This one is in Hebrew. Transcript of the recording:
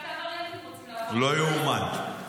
--- לא ייאמן.